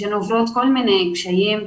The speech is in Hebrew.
שהן עוברות כל מיני שינויים,